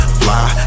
fly